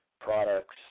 products